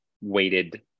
weighted